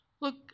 Look